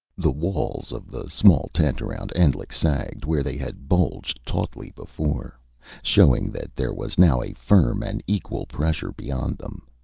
the walls of the small tent around endlich sagged, where they had bulged tautly before showing that there was now a firm and equal pressure beyond them.